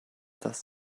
dass